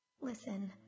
Listen